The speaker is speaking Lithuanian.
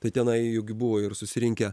tai tenai juk buvo ir susirinkę